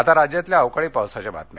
आता राज्यातल्या अवकाळी पावसाच्या बातम्या